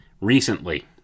recently